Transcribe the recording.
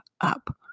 up